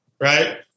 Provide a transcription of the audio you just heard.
Right